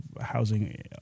housing